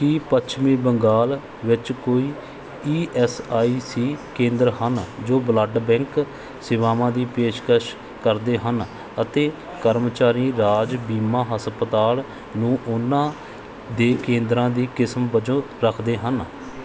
ਕੀ ਪੱਛਮੀ ਬੰਗਾਲ ਵਿੱਚ ਕੋਈ ਈ ਐੱਸ ਆਈ ਸੀ ਕੇਂਦਰ ਹਨ ਜੋ ਬਲੱਡ ਬੈਂਕ ਸੇਵਾਵਾਂ ਦੀ ਪੇਸ਼ਕਸ਼ ਕਰਦੇ ਹਨ ਅਤੇ ਕਰਮਚਾਰੀ ਰਾਜ ਬੀਮਾ ਹਸਪਤਾਲ ਨੂੰ ਉਹਨਾਂ ਦੇ ਕੇਂਦਰਾਂ ਦੀ ਕਿਸਮ ਵਜੋਂ ਰੱਖਦੇ ਹਨ